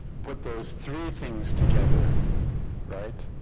but those three things together right